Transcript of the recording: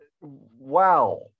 wow